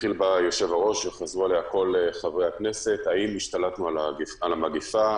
התחיל בה היושב-ראש וחזרו עליה כל חברי הכנסת: האם השתלטנו על המגפה?